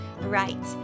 Right